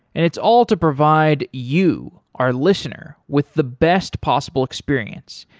and it's all to provide you our listener with the best possible experience.